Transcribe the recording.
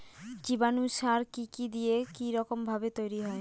জীবাণু সার কি কি দিয়ে কি রকম ভাবে তৈরি হয়?